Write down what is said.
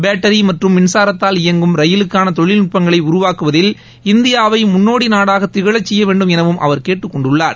battery மற்றும் மின்சாரத்தால் இயங்கும் ரயிலுக்காள தொழில்நட்பங்களை உருவாக்குவதில் இந்தியாவை முன்னோடி நாடாக திகழச்செய்ய வேண்டும் எளவும் அவர் கேட்டுக்கொண்டுள்ளார்